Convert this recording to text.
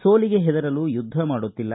ಸೋಲಿಗೆ ಹೆದರಲು ಯುದ್ದ ಮಾಡುತ್ತಿಲ್ಲ